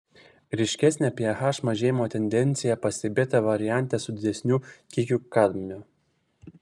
ryškesnė ph mažėjimo tendencija pastebėta variante su didesniu kiekiu kadmio